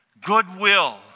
goodwill